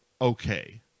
okay